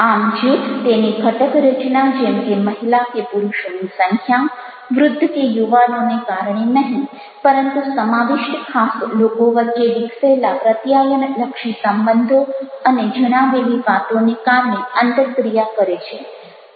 આમ જૂથ તેની ઘટક રચના જેમ કે મહિલા કે પુરુષોની સંખ્યા વૃદ્ધ કે યુવાનોને કારણે નહિ પરંતુ સમાવિષ્ટ ખાસ લોકો વચ્ચે વિકસેલા પ્રત્યાયનલક્ષી સંબંધો અને જણાવેલી વાતોને કારણે આંતરક્રિયા કરે છે